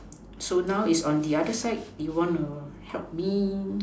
so now is on the other side you want to help me